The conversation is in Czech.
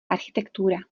architektura